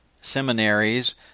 seminaries